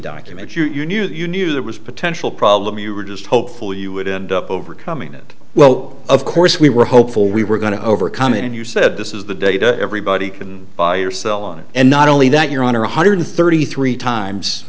document you knew that you knew there was potential problem you were just hopeful you would end up overcoming it well of course we were hopeful we were going to overcome it and you said this is the data everybody can buy or sell on and not only that your honor one hundred thirty three times